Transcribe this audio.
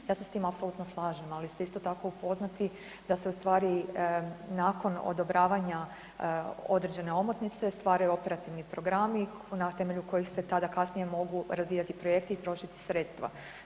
Ja se s tim apsolutno slažem, ali ste isto tako upoznati da se u stvari nakon odobravanja određene omotnice stvaraju operativni programi na temelju kojih se tada kasnije mogu razvijati projekti i trošiti sredstva.